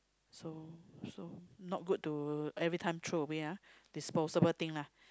so so not good to everytime throw away ah disposable things lah